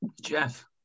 Jeff